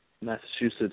Massachusetts